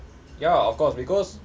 ya of course because